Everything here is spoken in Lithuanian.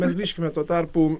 mes grįžkime tuo tarpu